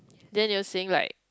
than they sing like